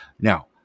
Now